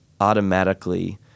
automatically